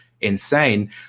insane